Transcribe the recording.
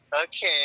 Okay